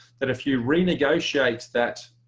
that if you renegotiate that